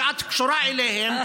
שאת קשורה אליהם,